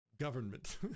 government